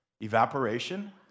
Evaporation